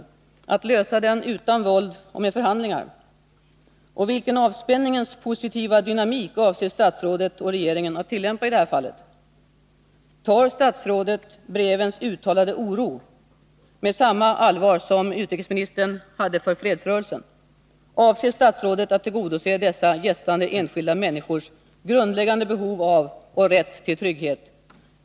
Hur avser man att lösa den utan våld och med förhandlingar? Vilken avspänningens positiva dynamik avser statsrådet och regeringen att tillämpa i det här fallet? Tar statsrådet brevens uttalade oro med samma allvar som utrikesministern visade fredsrörelsen? Avser statsrådet att tillgodose dessa gästande enskilda människors grundläggande behov av och rätt till trygghet?